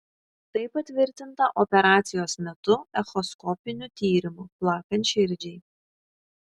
tai patvirtinta operacijos metu echoskopiniu tyrimu plakant širdžiai